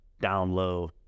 down-low